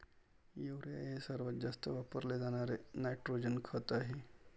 urea हे सर्वात जास्त वापरले जाणारे नायट्रोजन खत आहे